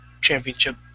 Championship